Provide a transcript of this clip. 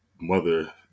mother